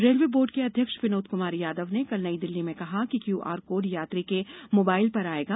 railway board के अध्यक्ष विनोद कुमार यादव ने कल नई दिल्ली में कहा कि क्यूआर कोड यात्री के मोबाइल पर आएगा